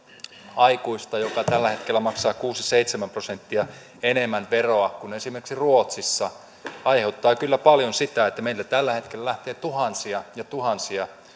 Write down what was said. aikuista joka tällä hetkellä maksaa kuusi viiva seitsemän prosenttia enemmän veroa kuin esimerkiksi ruotsissa se aiheuttaa kyllä paljon sitä että meiltä tällä hetkellä lähtee tuhansia ja tuhansia